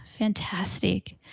Fantastic